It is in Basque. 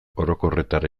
orokorretara